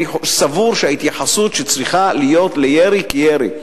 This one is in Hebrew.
סבור שההתייחסות צריכה להיות לירי כירי,